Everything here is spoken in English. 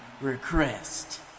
request